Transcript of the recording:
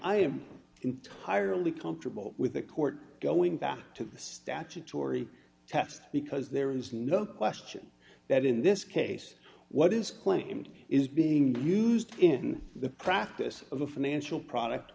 am entirely comfortable with the court going back to the statutory test because there is no question that in this case what is claimed is being used in the practice of a financial product